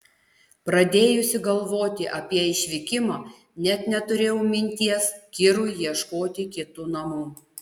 pradėjusi galvoti apie išvykimą net neturėjau minties kirui ieškoti kitų namų